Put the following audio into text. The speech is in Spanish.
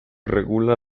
regula